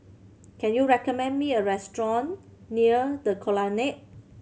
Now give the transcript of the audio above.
can you recommend me a restaurant near The Colonnade